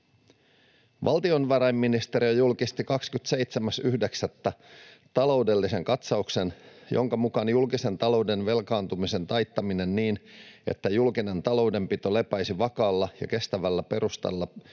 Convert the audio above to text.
Valtiovarainministeriö julkisti 27.9. taloudellisen katsauksen, jonka mukaan julkisen talouden velkaantumisen taittaminen niin, että julkinen taloudenpito lepäisi vakaalla ja kestävällä perustalla